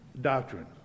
doctrine